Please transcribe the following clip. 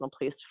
place